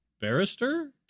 barrister